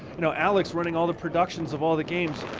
you know alex running all the productions of all the games.